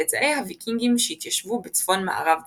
צאצאי הוויקינגים שהתיישבו בצפון מערב צרפת.